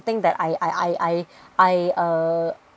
something that I I I I I uh